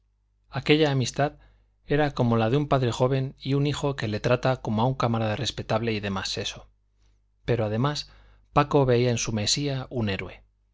aquella amistad era como la de un padre joven y un hijo que le trata como a un camarada respetable y de más seso pero además paco veía en su mesía un héroe